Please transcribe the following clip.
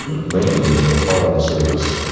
making in the foreign service,